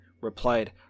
replied